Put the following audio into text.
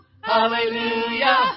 Hallelujah